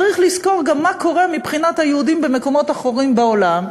צריך לזכור גם מה קורה מבחינת היהודים במקומות אחרים בעולם,